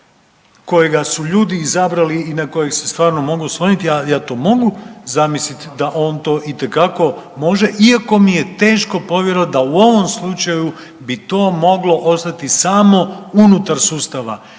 kojega su ljudi izabrali i na kojega se stvarno mogu osloniti, a ja to mogu zamislit da on to itekako može iako mi je teško povjerovat da u ovom slučaju bi to moglo ostati samo unutar sustava.